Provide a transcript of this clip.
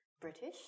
British